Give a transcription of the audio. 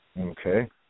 okay